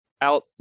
out